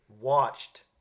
watched